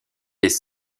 les